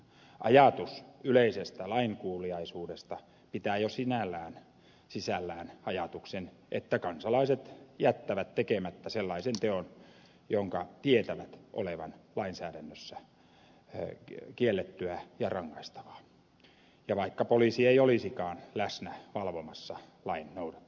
ajatus yleisestä lainkuuliaisuudesta pitää jo sinällään sisällään ajatuksen että kansalaiset jättävät tekemättä sellaisen teon jonka tietävät olevan lainsäädännössä kielletty ja rangaistava vaikka poliisi ei olisikaan läsnä valvomassa lain noudattamista